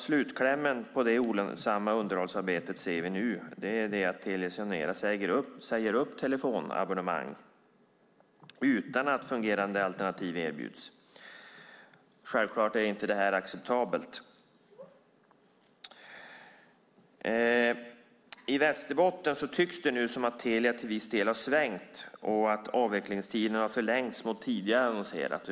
Slutklämmen på det olönsamma underhållsarbetet ser vi nu. Det är att Telia Sonera säger upp telefonabonnemang utan att fungerande alternativ erbjuds. Självklart är det inte acceptabelt. I Västerbotten tycks det nu som att Telia till viss del har svängt och att avvecklingstiderna har förlängts mot vad som tidigare annonserats.